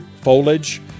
foliage